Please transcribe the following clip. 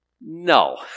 no